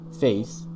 faith